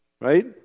right